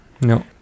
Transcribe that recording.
No